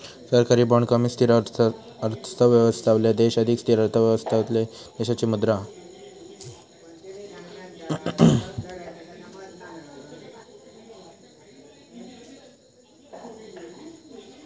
सरकारी बाँड कमी स्थिर अर्थव्यवस्थावाले देश अधिक स्थिर अर्थव्यवस्थावाले देशाची मुद्रा हा